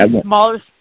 smaller